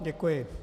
Děkuji.